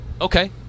okay